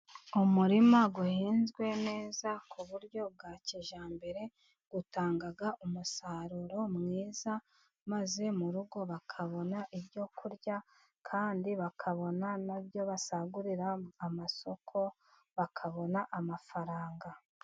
Umurima uhinzwe neza ku buryo bwa kijyambere, utanga umusaruro mwiza, maze mu rugo bakabona ibyo kurya, kandi bakabona n'ibyo basagurira amasoko, bakabona amafaranga.